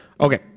okay